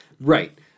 right